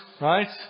right